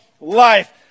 life